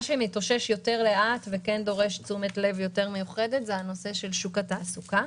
מה שמתאושש לאט יותר וכן דורש תשומת לב מיוחדת יותר זה שוק התעסוקה.